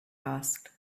asked